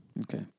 Okay